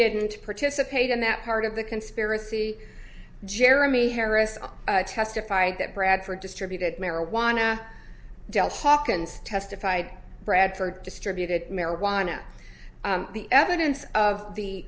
didn't participate in that part of the conspiracy jeremy harris testified that bradford distributed marijuana del hawkins testified bradford distributed marijuana the evidence of the